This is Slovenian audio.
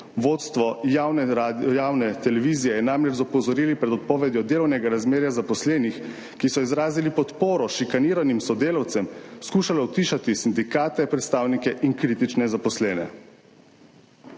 Vodstvo javne televizije je namreč z opozorili pred odpovedjo delovnega razmerja zaposlenih, ki so izrazili podporo šikaniranim sodelavcem, skušalo utišati sindikate, predstavnike in kritične zaposlene.